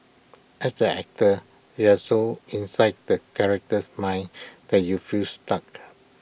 as an actor you are so inside the character's mind that you feel stuck